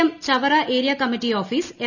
M Chavara area committee office M